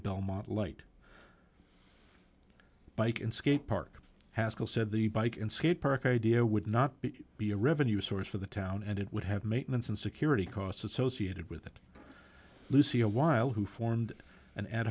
belmont light bike and skate park haskell said the bike and skate park idea would not be a revenue source for the town and it would have maintenance and security costs associated with that lucio while who formed an ad